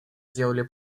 делали